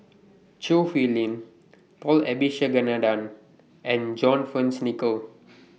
Choo Hwee Lim Paul Abisheganaden and John Fearns Nicoll